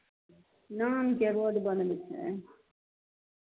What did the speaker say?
नामके रोड बनै छै